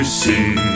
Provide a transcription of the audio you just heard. see